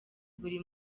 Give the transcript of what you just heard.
buri